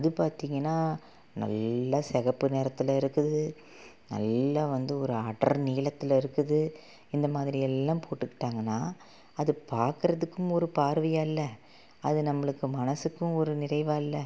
அது பார்த்தீங்கனா நல்ல சிகப்பு நிறத்தில் இருக்குது நல்ல வந்து ஒரு அடர் நீலத்தில் இருக்குது இந்த மாதிரியெல்லாம் போட்டுக்கிட்டாங்கன்னா அது பார்க்குறத்துக்கும் ஒரு பார்வையாக இல்லை அது நம்மளுக்கு மனசுக்கும் ஒரு நிறைவாக இல்லை